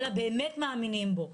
אלא באמת מאמינים בו.